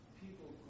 people